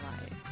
life